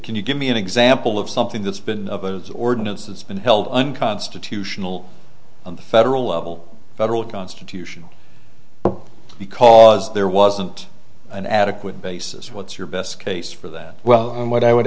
can you give me an example of something that's been up as ordinance that's been held unconstitutional on the federal level federal constitution because there wasn't an adequate basis what's your best case for that well what i would